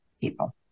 people